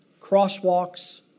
crosswalks